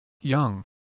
Young